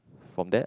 from that